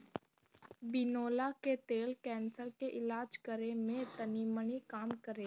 बिनौला के तेल कैंसर के इलाज करे में तनीमनी काम करेला